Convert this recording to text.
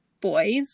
boys